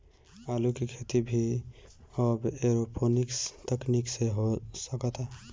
आलू के खेती भी अब एरोपोनिक्स तकनीकी से हो सकता